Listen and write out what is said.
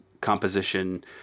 composition